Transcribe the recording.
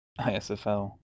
isfl